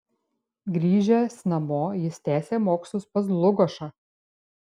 grįžęs namo jis tęsė mokslus pas dlugošą